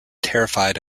terrified